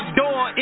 door